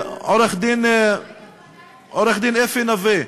מה עם הוועדה